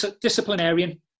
Disciplinarian